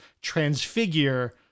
transfigure